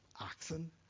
oxen